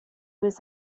was